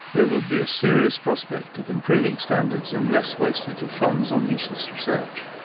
there would be a serious prospect of improving standards and less wastage of funds on useless research.